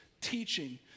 teaching